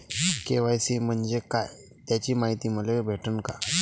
KYC म्हंजे काय त्याची मायती मले भेटन का?